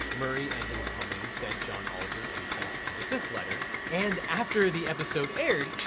murray and his company sent john oliver a cease and desist letter. and after the episode aired,